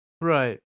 Right